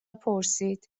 پرسید